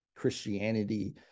Christianity